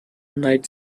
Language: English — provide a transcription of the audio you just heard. night